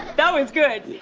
that was good!